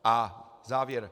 A závěr.